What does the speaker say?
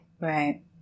Right